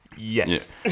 Yes